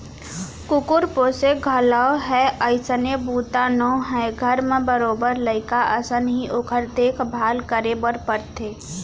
कुकुर पोसे घलौक ह अइसने बूता नोहय घर म बरोबर लइका असन ही ओकर देख भाल करे बर परथे